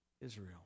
Israel